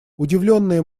удивленные